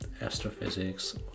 astrophysics